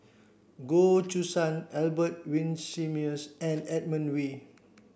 Goh Choo San Albert Winsemius and Edmund Wee